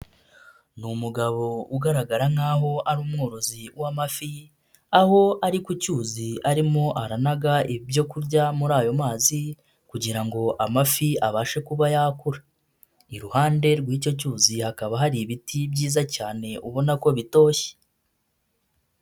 Ni umugabo ugaragara nk'aho ari umworozi w'amafi aho ari ku cyuzi arimo aranaga ibyo kurya muri ayo mazi kugira ngo amafi abashe kuba yakura, iruhande rw'icyo cyuzi hakaba hari ibiti byiza cyane ubona ko bitoshye.